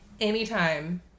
anytime